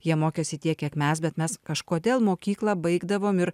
jie mokėsi tiek kiek mes bet mes kažkodėl mokyklą baigdavom ir